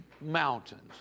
mountains